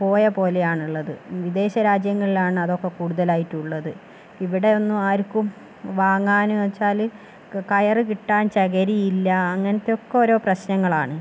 പോയ പോലെയാണ് ഉള്ളത് വിദേശരാജ്യങ്ങളിലാണ് അതൊക്കെ കൂടുതലായിട്ടുള്ളത് ഇവിടെയൊന്നും ആർക്കും വാങ്ങാന്ന് വച്ചാല് കയർ കിട്ടാൻ ചകരിയില്ല അങ്ങനത്തെ ഒക്കെ ഓരോ പ്രശ്നങ്ങളാണ്